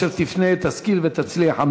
כל אשר תפנה תשכיל ותצליח.